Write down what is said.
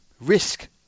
risk